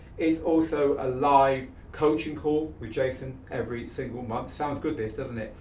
it's also a live coaching call with jason every single month. sounds good, this, doesn't it?